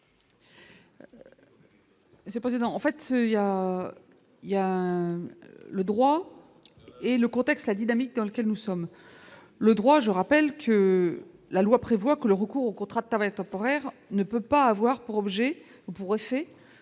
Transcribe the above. y a, il y a le droit et le contexte, la dynamique dans lequel nous sommes le droit, je rappelle que la loi prévoit que le recours au contrat permet temporaire ne peut pas avoir pour objet ou pour effet